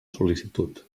sol·licitud